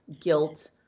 guilt